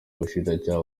ubushinjacyaha